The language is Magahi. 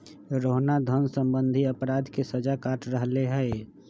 रोहना धन सम्बंधी अपराध के सजा काट रहले है